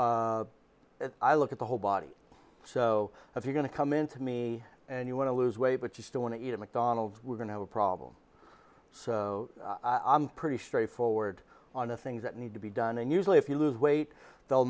i look at the whole body so if you're going to come into me and you want to lose weight but you still want to eat at mcdonald's we're going to have a problem so i'm pretty straightforward on the things that need to be done and usually if you lose weight they'll